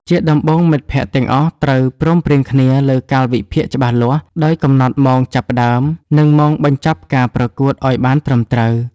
ជាដំបូង មិត្តភក្តិទាំងអស់ត្រូវព្រមព្រៀងគ្នាលើកាលវិភាគច្បាស់លាស់ ដោយកំណត់ម៉ោងចាប់ផ្ដើម និងម៉ោងបញ្ចប់ការប្រកួតឱ្យបានត្រឹមត្រូវ។